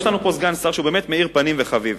יש לנו פה סגן שר שהוא באמת מאיר פנים וחביב.